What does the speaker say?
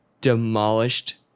demolished